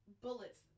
bullets